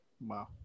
Wow